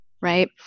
right